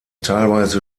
teilweise